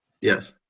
Yes